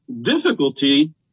difficulty